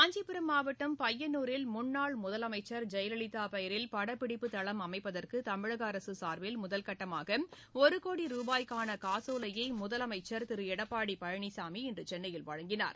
காஞ்சிபுரம் மாவட்டம் பையனூரில் முன்னாள் முதலமைச்சர் ஜெயலலிதா பெயரில் படப்பிடிப்புத்தளம் அமைப்பதற்கு தமிழக அரசு சார்பில் முதற்கட்டமாக ஒரு கோடி ரூபாய்க்கான காசோலையை முதலமைச்சர் திரு எடப்பாடி பழனிசாமி இன்று சென்னையில் வழங்கினார்